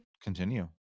continue